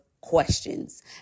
questions